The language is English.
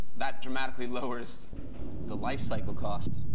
that dramatically lowers the life cycle cost.